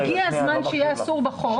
והגיע הזמן שיהיה אסור בחוק,